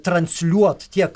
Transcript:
transliuot tiek